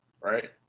right